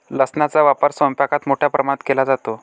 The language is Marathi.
लसणाचा वापर स्वयंपाकात मोठ्या प्रमाणावर केला जातो